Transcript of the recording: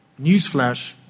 newsflash